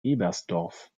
ebersdorf